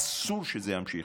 אסור שזה יימשך.